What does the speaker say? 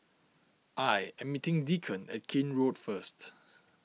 I am meeting Deacon at Keene Road first